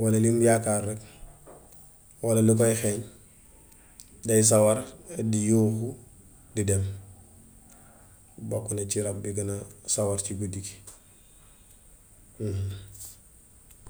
walla lim yaakaar rekk walla li koy xeeñ day sawar di yuuxu, di dem. Bokk na ci rab bi gën a sawar ci guddi gi.